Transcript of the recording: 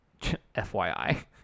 FYI